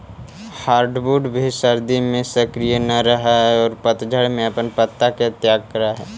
hardwood भी सर्दि में सक्रिय न रहऽ हई औउर पतझड़ में अपन पत्ता के त्याग करऽ हई